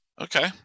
Okay